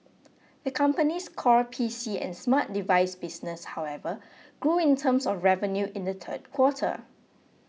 the company's core P C and smart device business however grew in terms of revenue in the third quarter